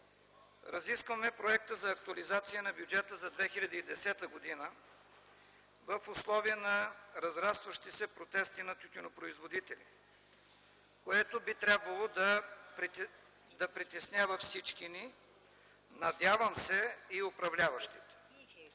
Разискваме проекта за актуализация на бюджета за 2010 г. в условия на разрастващи се протести на тютюнопроизводители, което би трябвало да притеснява всички ни, надявам се и управляващите.